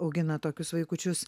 augina tokius vaikučius